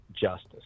justice